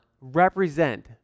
represent